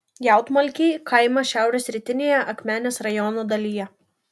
jautmalkiai kaimas šiaurės rytinėje akmenės rajono dalyje